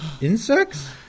Insects